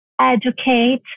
educate